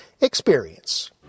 experience